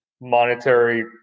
monetary